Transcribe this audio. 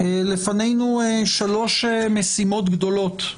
שלוש משימות גדולות.